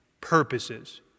purposes